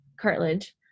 cartilage